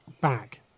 back